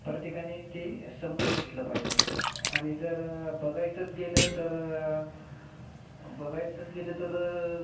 प्रत्येकाने ती समजून घेतलं पाहिजे आणि जर बघायचंच गेलं तर बघायचंच गेलं तर